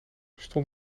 stond